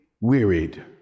wearied